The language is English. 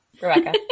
Rebecca